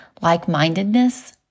like-mindedness